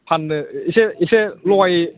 फाननो एसे एसे लगाय